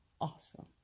awesome